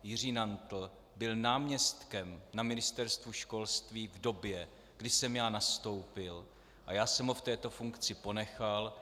Jiří Nantl byl náměstkem na Ministerstvu školství v době, kdy jsem já nastoupil, a já jsem ho v této funkci ponechal.